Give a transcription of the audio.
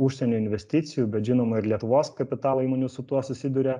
užsienio investicijų bet žinoma ir lietuvos kapitalo įmonių su tuo susiduria